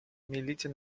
militia